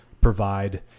provide